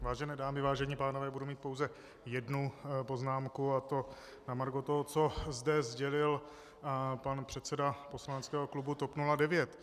Vážené dámy, vážení pánové, budu mít pouze jednu poznámku, a to na margo toho, co zde sdělil pan předseda poslaneckého klubu TOP 09.